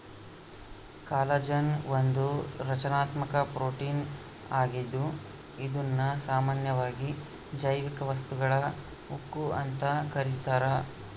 collagen ಒಂದು ರಚನಾತ್ಮಕ protein ಆಗಿದ್ದು ಇದುನ್ನ ಸಾಮಾನ್ಯವಾಗಿ ಜೈವಿಕ ವಸ್ತುಗಳ ಉಕ್ಕು ಅಂತ ಕರೀತಾರ